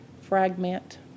fragment